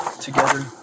together